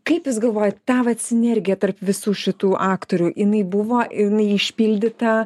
kaip jūs galvojat ta vat sinergija tarp visų šitų aktorių jinai buvo ir jinai išpildyta